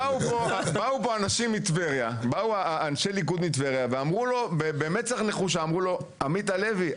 באו לפה אנשי ליכוד מטבריה ואמרו לו: עמית הלוי,